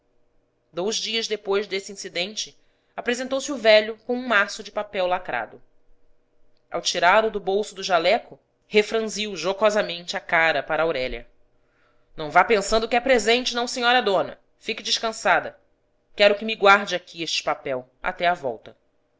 peçam dous dias depois deste incidente apresentou-se o velho com um maço de papel lacrado ao tirá-lo do bolso do jaleco refranziu jocosamente a cara para aurélia não vá pensando que é presente não senhora dona fique descansada quero que me guarde aqui este papel até à volta